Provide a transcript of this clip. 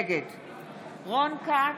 נגד רון כץ,